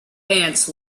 ants